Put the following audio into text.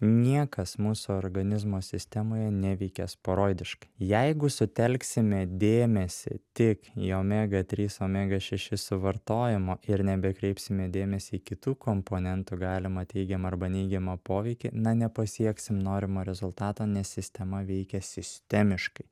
niekas mūsų organizmo sistemoje neveikia sporoidiškai jeigu sutelksime dėmesį tik į omega trys omega šeši suvartojimą ir nebekreipsime dėmesį į kitų komponentų galimą teigiamą arba neigiamą poveikį na nepasieksim norimo rezultato nes sistema veikia sistemiškai